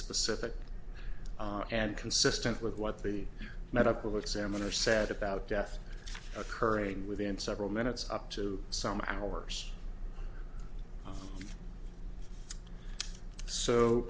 specific and consistent with what the medical examiner said about death occurring within several minutes up to some hours